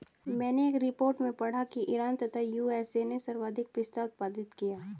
मैनें एक रिपोर्ट में पढ़ा की ईरान तथा यू.एस.ए ने सर्वाधिक पिस्ता उत्पादित किया